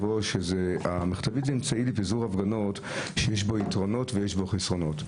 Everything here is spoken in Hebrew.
היא אמצעי לפיזור הפגנות שיש בו יתרונות ויש בו חסרונות.